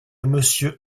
monsieur